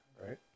right